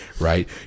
right